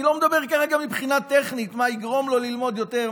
אני לא מדבר כרגע מבחינה טכנית מה יגרום לו ללמוד יותר,